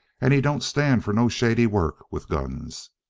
and he don't stand for no shady work with guns.